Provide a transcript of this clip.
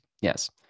Yes